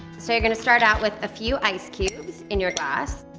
so you're gonna start out with a few ice cubes in your glass.